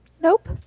Nope